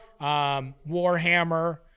Warhammer